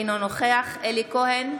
אינו נוכח אלי כהן,